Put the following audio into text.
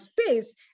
space